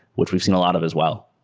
which we've seen a lot of as well.